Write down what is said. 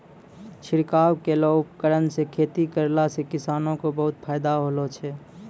छिड़काव केरो उपकरण सँ खेती करला सें किसानो क बहुत फायदा होलो छै